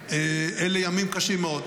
ואלה ימים קשים מאוד.